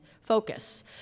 focus